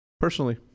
Personally